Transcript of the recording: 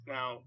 Now